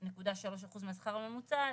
ול-38.3% מהשכר הממוצע לזוג,